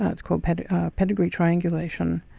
ah it's called pedigree pedigree triangulation,